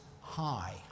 high